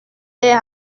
est